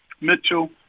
Mitchell